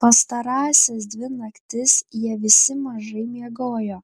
pastarąsias dvi naktis jie visi mažai miegojo